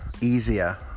easier